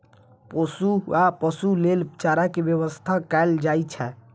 पोसुआ पशु लेल चारा के व्यवस्था कैल जाइ छै